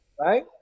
Right